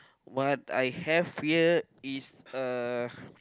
what I have here is a